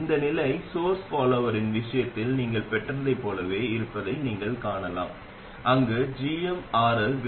இந்த நிலை சோர்ஸ் பாலோவரின் விஷயத்தில் நீங்கள் பெற்றதைப் போலவே இருப்பதை நீங்கள் காணலாம் அங்கு gmRL 1